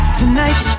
tonight